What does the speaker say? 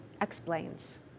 explains